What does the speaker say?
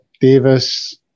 Davis